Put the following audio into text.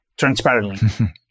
transparently